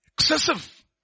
Excessive